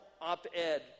op-ed